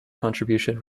contribution